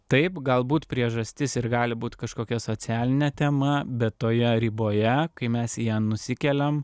taip galbūt priežastis ir gali būti kažkokia socialine tema bet toje riboje kai mes ją nusikeliam